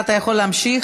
אתה יכול להמשיך.